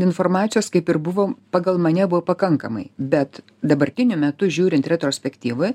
informacijos kaip ir buvo pagal mane buvo pakankamai bet dabartiniu metu žiūrint retrospektyvoj